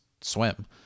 swim